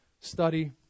study